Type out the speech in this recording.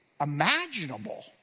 imaginable